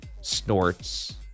snorts